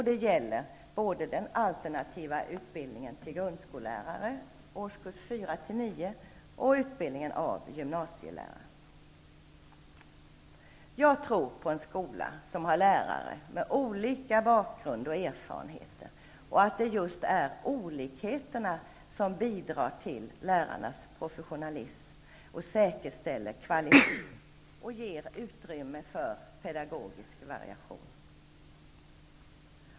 Detta gäller både den alternativa utbildningen till grundskollärare för årskurserna 4--9 och utbildningen av gymnasielärare. Jag tror på en skola som har lärare med olika bakgrund och erfarenheter och att det är just olikheterna som bidrar till lärarnas professionalism, säkerställer kvalitet och ger utrymme för pedagogisk variation.